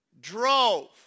drove